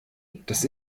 das